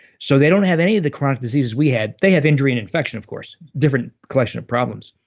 so they don't have any of the chronic diseases we had, they have injury and infection of course, different collection of problems.